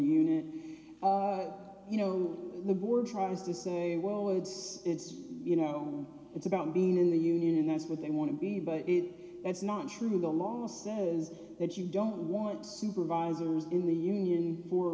union you know the board tries to say well it's you know it's about being in the union and that's what they want to be but that's not true the last set is that you don't want supervisors in the union for